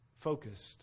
Focused